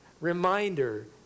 reminder